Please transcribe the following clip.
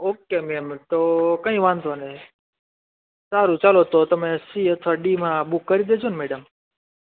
okay ma'am તો કંઇ વાંધો નહીં સારું ચાલો તો તમે સી અથવા ડી માં બુક કરી દેજોને મેડમ